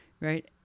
right